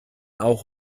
auch